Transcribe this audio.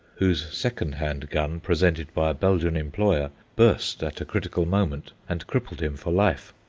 whose second-hand gun, presented by a belgian employer, burst at a critical moment and crippled him for life.